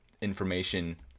information